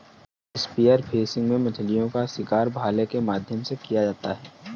spear fishing में मछलीओं का शिकार भाले के माध्यम से किया जाता है